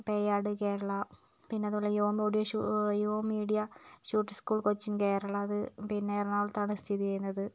പേയാട് കേരള പിന്നത് പോലെ യോ മോഡിയ ഷോ യു media shoot school Cochin Kerala അത് പിന്നെ എറണാകുളത്താണ് സ്ഥിതി ചെയ്യുന്നത്